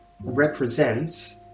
represents